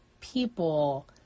people